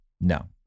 no